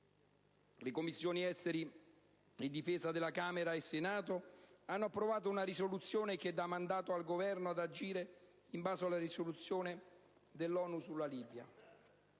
le Commissioni esteri e difesa di Camera e Senato hanno approvato una risoluzione che dà mandato al Governo ad agire in base ad una risoluzione dell'ONU sulla Libia;